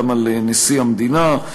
גם על נשיא המדינה,